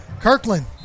Kirkland